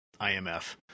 IMF